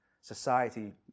Society